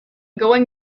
going